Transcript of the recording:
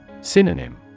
Synonym